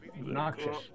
Noxious